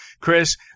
Chris